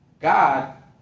God